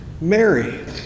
Mary